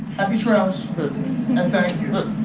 happy trails! and thank you.